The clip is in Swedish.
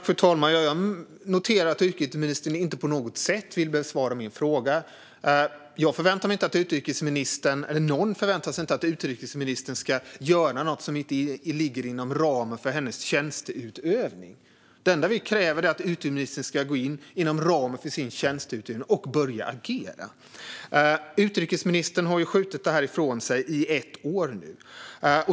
Fru talman! Jag noterar att utrikesministern inte på något sätt vill besvara min fråga. Jag förväntar mig inte - och ingen förväntar sig - att utrikesministern ska göra något som inte ligger inom ramen för hennes tjänsteutövning. Det enda vi kräver är att utrikesministern ska gå in, inom ramen för sin tjänsteutövning, och börja agera. Utrikesministern har ju skjutit detta ifrån sig i ett år nu.